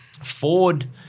Ford